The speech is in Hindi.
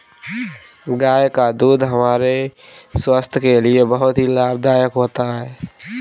गाय का दूध हमारे स्वास्थ्य के लिए बहुत ही लाभदायक होता है